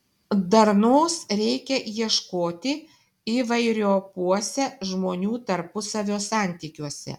darnos reikia ieškoti įvairiopuose žmonių tarpusavio santykiuose